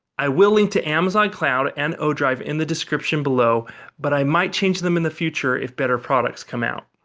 i will link to amazon cloud, and o-drive in the description below but i might change them in the future if better products come out.